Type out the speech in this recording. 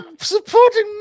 supporting